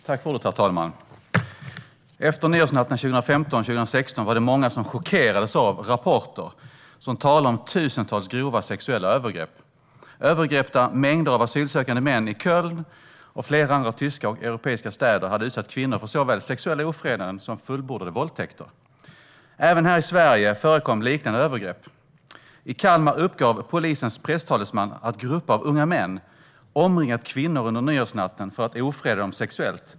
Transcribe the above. Herr talman! Efter nyårsnatten 2015-2016 var det många som chockerades av rapporter som talade om tusentals grova sexuella övergrepp. Det var övergrepp där mängder av asylsökande män i Köln och flera andra tyska och europeiska städer hade utsatt kvinnor för såväl sexuella ofredanden som fullbordade våldtäkter. Även här i Sverige förekom liknande övergrepp. I Kalmar uppgav polisens presstalesman att grupper av unga män omringat kvinnor under nyårsnatten för att ofreda dem sexuellt.